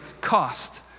cost